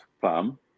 farm